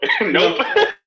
nope